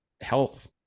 health